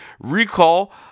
recall